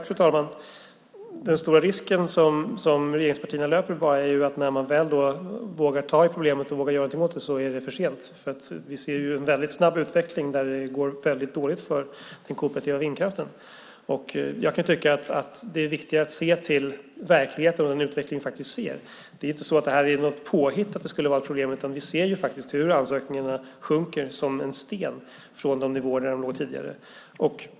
Fru talman! Den stora risken som regeringspartierna löper är bara att när man väl vågar ta i problemet och göra någonting åt det är det för sent, för vi ser ju en väldigt snabb utveckling där det går väldigt dåligt för den kooperativa vindkraften. Jag tycker att det är viktigare att se till verkligheten och den utveckling som vi faktiskt ser. Det är inte så att det är något påhitt att det skulle vara några problem, utan vi ser faktiskt hur antalet ansökningar sjunker som en sten från de nivåer där de låg tidigare.